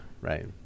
right